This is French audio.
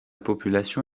population